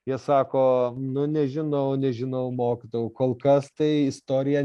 jie sako nu nežinau nežinau mokytojau kol kas tai istorija